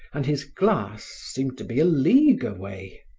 and his glass seemed to be a league away.